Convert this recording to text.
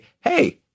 hey